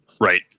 right